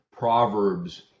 Proverbs